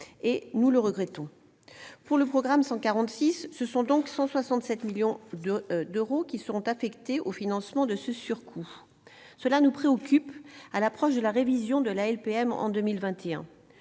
Nous le regrettons. Pour ce qui concerne le programme 146, ce sont donc 167 millions d'euros qui sont consacrés au financement de ce surcoût. Ce fait nous préoccupe à l'approche de la révision de la LPM en 2021.